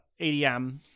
ADM